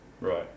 Right